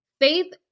faith